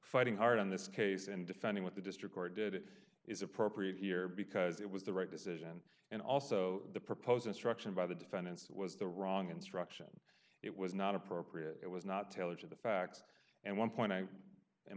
fighting hard on this case and defending what the district court did it is appropriate here because it was the right decision and also the proposed instruction by the defendants was the wrong instruction it was not appropriate it was not tailored to the facts and one point i